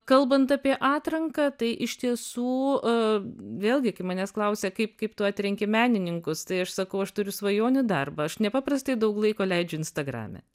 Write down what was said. kalbant apie atranką tai iš tiesų vėlgi kai manęs klausia kaip kaip tu atrenki menininkus tai aš sakau aš turiu svajonių darbą aš nepaprastai daug laiko leidžiu instagrame